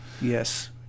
yes